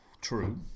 True